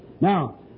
Now